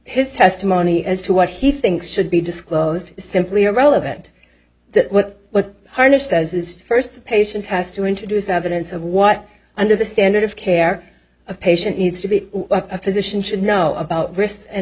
his testimony as to what he thinks should be disclosed simply irrelevant that what what harnish says is first patient has to introduce evidence of what under the standard of care a patient needs to be a physician should know about risks and